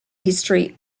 history